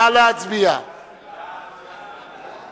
ההצעה להעביר